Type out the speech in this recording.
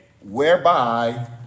Whereby